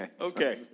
Okay